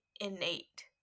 innate